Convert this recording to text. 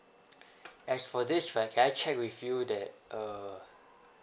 as for this right can I check with you that uh